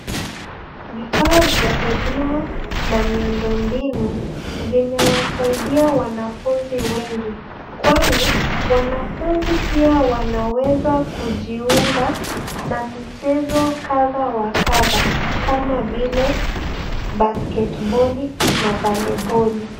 Vifaa vya elimu na miundombinu vimewasaidia wanafunzi wengi kwani wanafunzi pia wanaweza kujiunga na michezo kadha wa kadha kama vile basketball na volleyball .